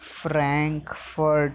Frankfurt